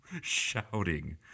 shouting